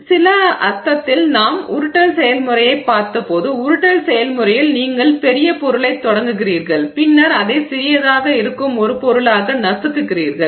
எனவே சில அர்த்தத்தில் நாம் உருட்டல் செயல்முறையைப் பார்த்தபோது உருட்டல் செயல்முறையில் நீங்கள் பெரிய ஒரு பொருளைத் தொடங்குகிறீர்கள் பின்னர் அதை சிறியதாக இருக்கும் ஒரு பொருளாக நசுக்குகிறீர்கள்